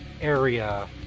area